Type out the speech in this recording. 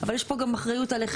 אבל יש פה גם אחריות עליכם,